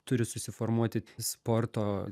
turi susiformuoti sporto